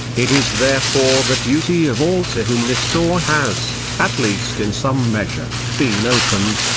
it is therefore the duty of all to whom this door has, at least in some measure, been opened,